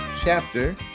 chapter